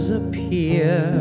appear